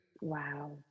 Wow